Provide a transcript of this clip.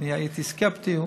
אני הייתי סקפטי.